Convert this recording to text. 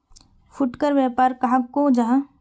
फुटकर व्यापार कहाक को जाहा?